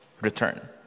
return